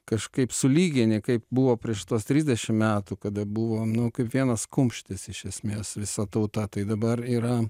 kažkaip sulygini kaip buvo prieš tuos trisdešim metų kada buvom nu kaip vienas kumštis iš esmės visa tauta tai dabar yra